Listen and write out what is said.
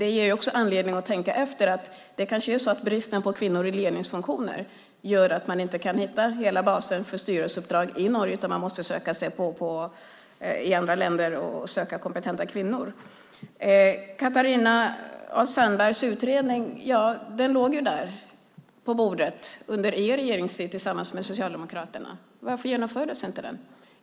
Det ger också anledning att tänka efter att bristen på kvinnor i ledningsfunktioner gör att de inte kan hitta hela baser för styrelseuppdrag i Norge utan att de måste söka kompetenta kvinnor i andra länder. Catarina af Sandebergs utredning låg där på bordet under er regeringstid tillsammans med Socialdemokraterna. Varför genomfördes inte den?